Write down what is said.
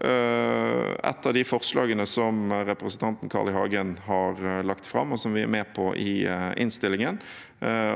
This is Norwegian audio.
et av de forslagene som representanten Carl I. Hagen har lagt fram, som vi er med på i innstillingen,